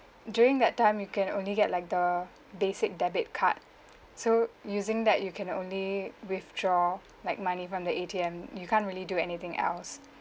during that time you can only get like the basic debit card so using that you can only withdraw like money from the A_T_M you can't really do anything else